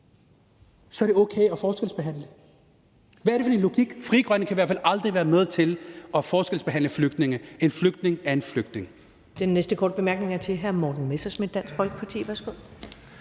er det okay at forskelsbehandle? Hvad er det for en logik? Frie Grønne kan i hvert fald aldrig være med til at forskelsbehandle flygtninge. En flygtning er en flygtning.